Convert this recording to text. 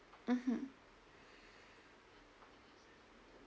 mmhmm